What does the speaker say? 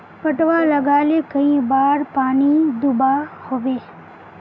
पटवा लगाले कई बार पानी दुबा होबे?